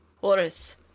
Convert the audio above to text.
Horace